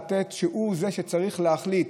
כשהוא זה שצריך להחליט